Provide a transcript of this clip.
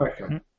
Okay